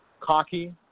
Cocky